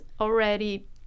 already